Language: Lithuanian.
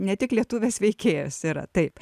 ne tik lietuvės veikėjos yra taip